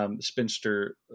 Spinster